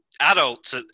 adults